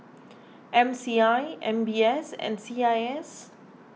M C I M B S and C I S